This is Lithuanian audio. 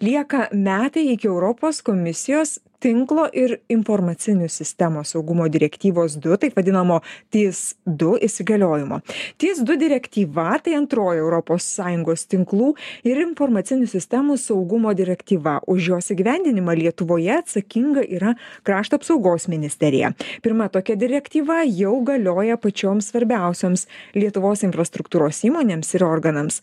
lieka metai iki europos komisijos tinklo ir informacinių sistemų saugumo direktyvos du taip vadinamo tis du įsigaliojimo tis du direktyva tai antroji europos sąjungos tinklų ir informacinių sistemų saugumo direktyva už jos įgyvendinimą lietuvoje atsakinga yra krašto apsaugos ministerija pirma tokia direktyva jau galioja pačioms svarbiausioms lietuvos infrastruktūros įmonėms ir organams